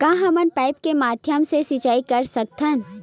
का हमन पाइप के माध्यम से सिंचाई कर सकथन?